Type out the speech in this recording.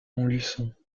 montluçon